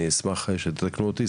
אני אשמח שתתקנו אותי.